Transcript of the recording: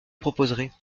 proposerais